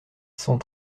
cent